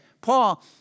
Paul